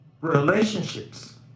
relationships